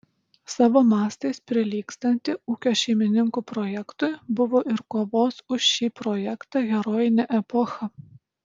savo mastais prilygstantį ūkio šeimininkų projektui buvo ir kovos už šį projektą herojinė epocha